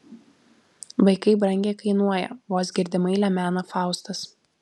vaikai brangiai kainuoja vos girdimai lemena faustas